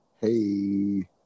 Hey